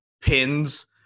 pins